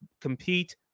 compete